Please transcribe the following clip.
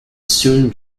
soon